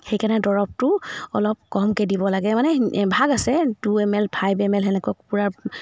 সেইকাৰণে দৰৱটো অলপ কমকৈ দিব লাগে মানে এভাগ আছে two M L five M L তেনেকুৱা কুকুৰা